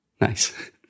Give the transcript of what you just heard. Nice